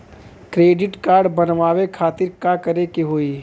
Credit card बनवावे खातिर का करे के होई?